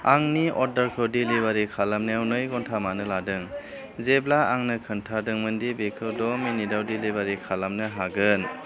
आंनि अर्डारखौ डेलिबारि खालामनायाव नै घन्टा मानो लादों जेब्ला आंनो खोन्थादोंमोनदि बेखौ द' मिनिटाव डेलिबारि खालामनो हागोन